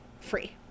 free